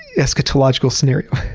eschatological scenario.